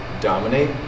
dominate